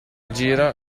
gira